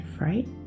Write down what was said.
right